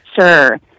Sure